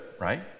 right